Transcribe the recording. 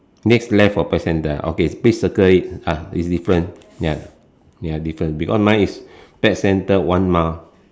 next left of pet centre okay please circle it ah it's different ya ya different because mine is pet centre one mile